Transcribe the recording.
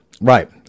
Right